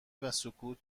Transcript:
وسکوت